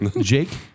Jake